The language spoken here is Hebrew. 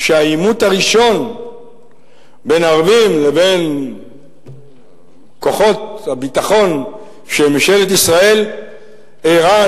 שהעימות הראשון בין הערבים לבין כוחות הביטחון של ממשלת ישראל אירע,